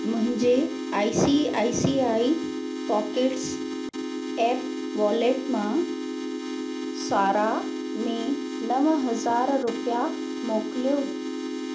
मुंहिंजे I C I C I pockets app wallet मां सारा में नव हज़ार रुपिया मोकिलियो